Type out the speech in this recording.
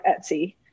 Etsy